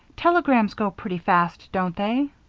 telegrams go pretty fast, don't they?